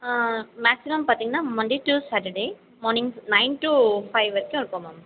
maximum பார்த்தீங்கன்னா Monday to Saturday morning nine to five வரைக்கும் இருக்கும் மேம்